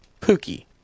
Pookie